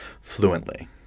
fluently